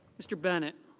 mr. bennett.